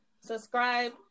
subscribe